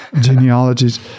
genealogies